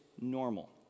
normal